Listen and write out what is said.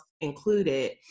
included